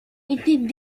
était